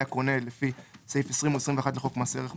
הקונה לפי סעיפים 20 או 21 לחוק מס ערך מוסף,